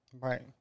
right